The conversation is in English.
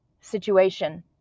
situation